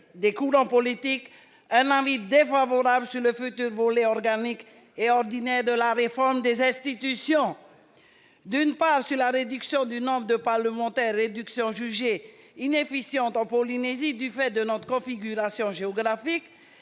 des courants politiques un avis défavorable sur le futur volet organique et ordinaire de la réforme des institutions. D'une part, la réduction du nombre de parlementaires a été jugée inefficiente en Polynésie du fait de notre configuration géographique